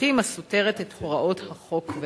הסותרת את הוראות החוק והתקנות?